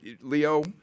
Leo